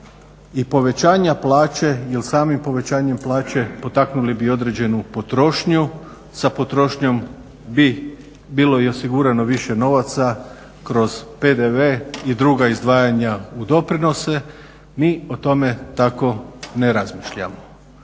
i povećanja plaće jel samim povećanjem plaće potaknuli bi određenu potrošnju. Sa potrošnjom bi bilo osigurano više novaca kroz PDV i druga izdvajanja u doprinose, mi o tome tako ne razmišljamo.